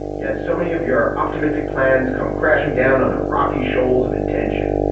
yet so many of your optimistic plans come crashing down on the rocky shoals of intention,